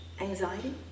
anxiety